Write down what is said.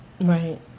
right